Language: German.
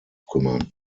kümmern